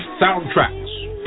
soundtracks